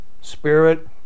spirit